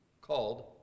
called